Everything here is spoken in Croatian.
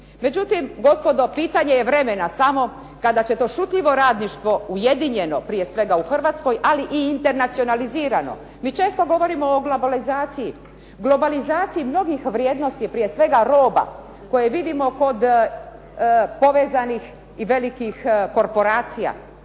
Međutim gospodo, pitanje je vremena samo kada će to šutljivo radništvo ujedinjeno prije svega u Hrvatskoj, ali i internacionalizirano, mi često govorimo o globalizaciji mnogih vrijednosti, prije svega roba koje vidimo kod povezanih i velikih korporacija